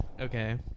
okay